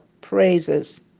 praises